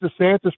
DeSantis